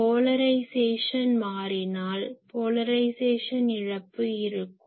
polarisation மாறினால் polarisation இழப்பு இருக்கும்